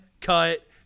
cut